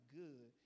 good